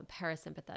parasympathetic